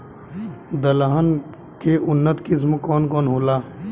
दलहन के उन्नत किस्म कौन कौनहोला?